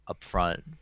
upfront